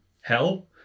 hell